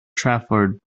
trafford